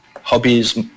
hobbies